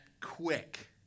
quick